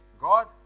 God